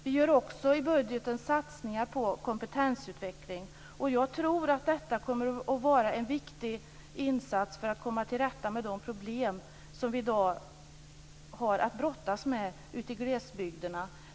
Vi gör också i budgeten satsningar på kompetensutveckling, och jag tror att detta kommer att vara en viktig insats för att komma till rätta med de problem som vi i dag har att brottas med ute i glesbygden.